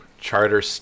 Charter